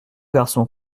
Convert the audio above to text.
garçon